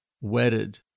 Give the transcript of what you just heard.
wedded